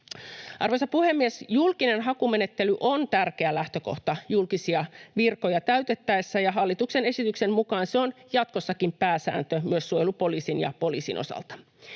Arvoisa puhemies! Julkinen hakumenettely on tärkeä lähtökohta julkisia virkoja täytettäessä, ja hallituksen esityksen mukaan se on jatkossakin pääsääntö myös suojelupoliisin ja poliisin osalta.